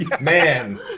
Man